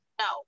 no